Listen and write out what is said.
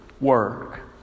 work